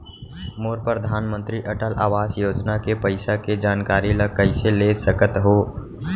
मोर परधानमंतरी अटल आवास योजना के पइसा के जानकारी ल कइसे ले सकत हो?